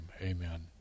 Amen